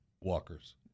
Walkers